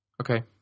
Okay